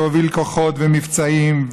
והוביל כוחות ומבצעים,